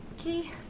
okay